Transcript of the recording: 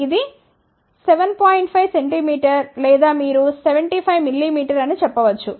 5 cm లేదా మీరు 75 mm అని అనిచెప్పవచ్చు